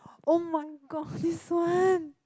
[oh]-my-god this one